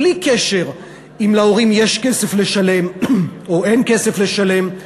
בלי קשר אם להורים יש כסף לשלם או אין כסף לשלם,